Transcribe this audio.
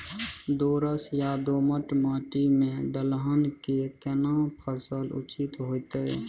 दोरस या दोमट माटी में दलहन के केना फसल उचित होतै?